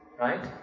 right